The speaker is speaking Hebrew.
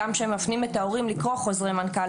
גם כשמפנים את ההורים לקרוא חוזרי מנכ"ל,